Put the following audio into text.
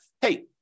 hey